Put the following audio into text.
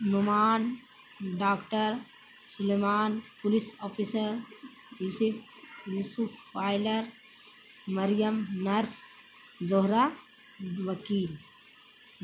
نمان doctor سلملمان police officer یسف یوسف فائلر مریم نرس زہرا وکی